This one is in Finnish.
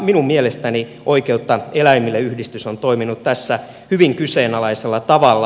minun mielestäni oikeutta eläimille yhdistys on toiminut tässä hyvin kyseenalaisella tavalla